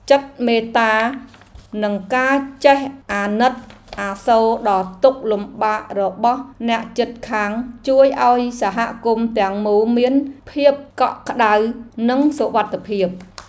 ចិត្តមេត្តានិងការចេះអាណិតអាសូរដល់ទុក្ខលំបាករបស់អ្នកជិតខាងជួយឱ្យសហគមន៍ទាំងមូលមានភាពកក់ក្តៅនិងសុវត្ថិភាព។